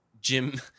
Jim